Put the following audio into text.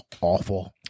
awful